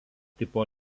tipo